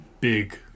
big